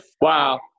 Wow